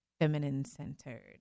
feminine-centered